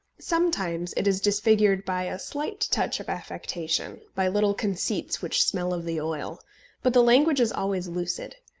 sometimes it is disfigured by a slight touch of affectation, by little conceits which smell of the oil but the language is always lucid.